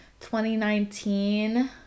2019